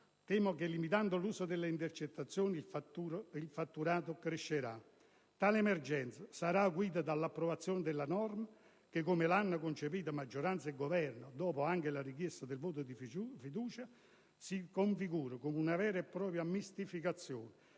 Temo che, limitando l'uso delle intercettazioni, il fatturato crescerà. Tale emergenza sarà acuita dall'approvazione della norma che, come l'hanno concepita maggioranza e Governo, dopo la richiesta anche del voto di fiducia, si configura come una vera e propria mistificazione